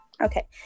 Okay